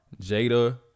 Jada